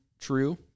true